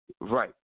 Right